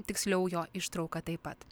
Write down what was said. tiksliau jo ištrauka taip pat